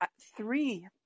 three